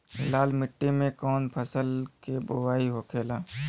लाल मिट्टी में कौन फसल के बोवाई होखेला?